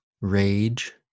rage